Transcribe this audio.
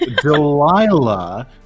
Delilah